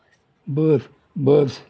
bus bus